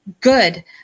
Good